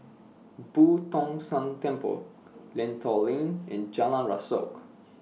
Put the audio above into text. Boo Tong San Temple Lentor Lane and Jalan Rasok